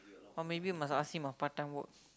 oh maybe you must ask him a part time work